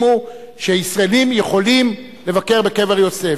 הוא שישראלים יכולים לבקר בקבר יוסף.